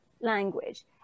language